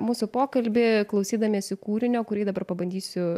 mūsų pokalbį klausydamiesi kūrinio kurį dabar pabandysiu